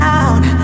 out